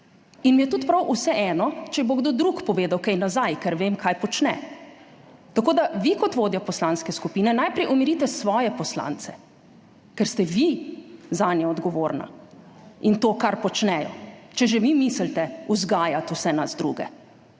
In mi je tudi prav vseeno, če bo kdo drug povedal kaj nazaj, ker vem, kaj počne. Tako da vi kot vodja poslanske skupine najprej umirite svoje poslance, ker ste vi zanje odgovorni in za to, kar počnejo, če že vi mislite vzgajati vse nas druge.